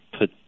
put